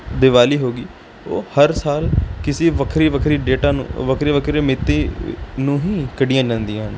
ਦਿਵਾਲੀ ਹੋ ਗਈ ਉਹ ਹਰ ਸਾਲ ਕਿਸੇ ਵੱਖਰੀ ਵੱਖਰੀ ਡੇਟਾਂ ਨੂੰ ਵੱਖਰੀ ਵੱਖਰੀ ਮਿਤੀ ਨੂੰ ਹੀ ਕੱਢੀਆ ਜਾਂਦੀਆਂ ਹਨ